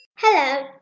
Hello